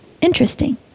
Interesting